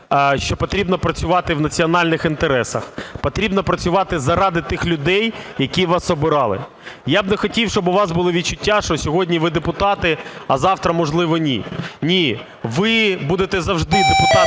що потрібно працювати в національних інтересах. Потрібно працювати заради тих людей, які вас обирали. Я б не хотів, щоб у вас були відчуття, що сьогодні ви депутати, а завтра, можливо, ні. Ні, ви будете завжди депутатами